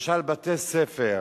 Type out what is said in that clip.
למשל בתי-ספר,